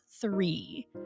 three